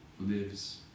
lives